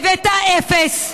הבאת אפס.